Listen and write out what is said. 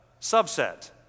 subset